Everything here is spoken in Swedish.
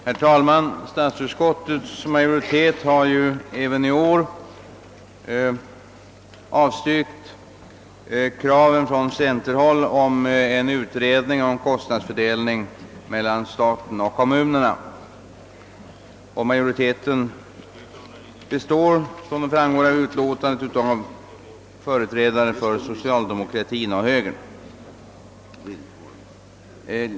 Herr talman! Statsutskottets majoritet har även i år avstyrkt kraven från centerhåll om en utredning av kostnadsfördelningen mellan staten och kommunerna. Majoriteten består som framgår av utlåtandet av företrädare för socialdemokratien och högern.